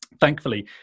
thankfully